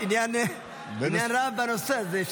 יש עניין רב בנושא הזה.